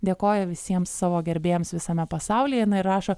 dėkoja visiems savo gerbėjams visame pasaulyje rašo